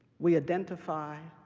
we identify,